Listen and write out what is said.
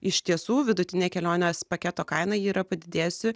iš tiesų vidutinė kelionės paketo kaina yra padidėjusi